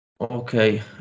okay